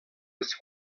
eus